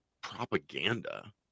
propaganda